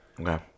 Okay